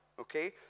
okay